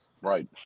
Right